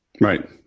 Right